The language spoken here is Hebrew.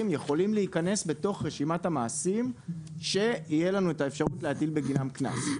יכולים להיכנס בתוך רשימת המעשים שתהיה לנו האפשרות להטיל בגינם קנס.